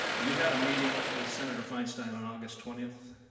you had a meeting with senator feinstein on august twenty.